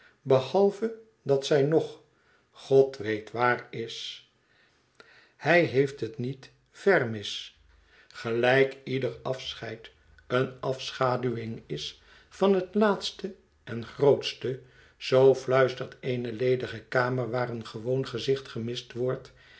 behalve dat zij nog god weet waar is hij heeft het niet ver mis gelijk ieder afscheid eene afschaduwing is van het laatste en grootste zoo fluistert eene ledige kamer waai een gewoon gezicht gemist wordt